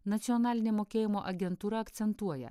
nacionalinė mokėjimo agentūra akcentuoja